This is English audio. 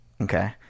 okay